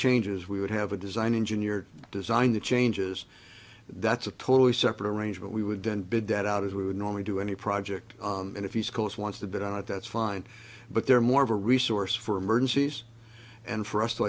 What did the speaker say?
changes we would have a design engineer design the changes that's a totally separate arrangement we would then bid that out as we would normally do any project and if he's close wants to bid on it that's fine but they're more of a resource for emergencies and for us to